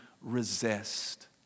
resist